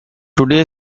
today